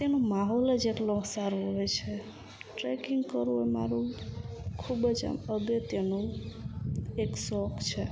ત્યાંનો માહોલ જ એટલો સારો હોય છે ટ્રેકિંગ કરવું એ મારું ખૂબ જ આમ અગત્યનું એક શોખ છે